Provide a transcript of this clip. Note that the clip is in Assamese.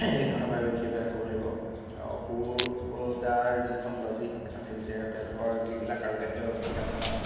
সেইখনৰ বাবে বিশেষভাৱে ক'ব লাগিব অপূৰ্ব দাৰ যিখন লজিক আছিল যে তেওঁলোকৰ যিবিলাক কাৰুকাৰ্য কিতাপখনত